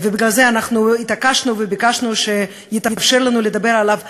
ובגלל זה התעקשנו וביקשנו שיתאפשר לנו לדבר עליו עכשיו,